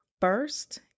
first